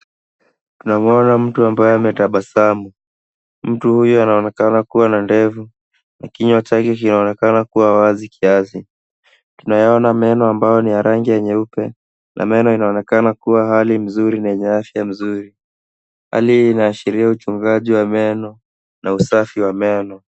Tunamuona mtu ambaye ametabasamu. Mtu huyu anaonekana kuwa na ndevu na kinywa chake kinaonekana kuwa wazi kiasi. Tunayaona meno ambao ni ya rangi ya nyeupe, na meno inaonekana kuwa hali mzuri na yenye afya mzuri. Hali hii inaashiria uchungaji wa meno na usafi wa meno.